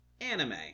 anime